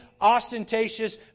ostentatious